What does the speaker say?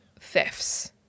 thefts